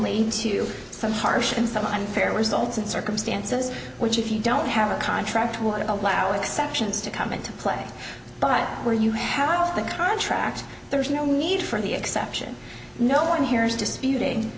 lead to some harsh and some unfair salts in circumstances which if you don't have a contract would allow exceptions to come into play but where you help the contract there's no need for the exception no one here is